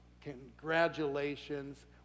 Congratulations